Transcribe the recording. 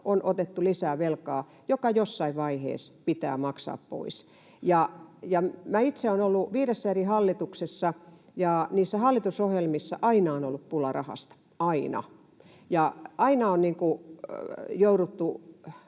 on otettu lisää velkaa, joka jossain vaiheessa pitää maksaa pois. Itse olen ollut viidessä eri hallituksessa, ja niissä hallitusohjelmissa aina on ollut pulaa rahasta, aina. Aina on jouduttu